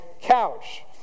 couch